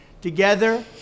Together